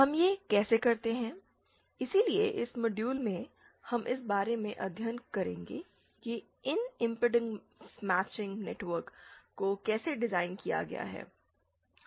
हम यह कैसे करते हैं इसलिए इस मॉड्यूल में हम इस बारे में अध्ययन करेंगे कि इन इमपेडेंस माचिंग नेटवर्क को कैसे डिज़ाइन किया गया है